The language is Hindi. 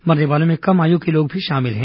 मरने वालों में कम आयु के लोग भी शामिल हैं